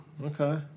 Okay